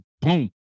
boom